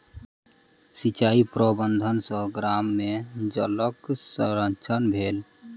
सिचाई प्रबंधन सॅ गाम में जलक संरक्षण भेल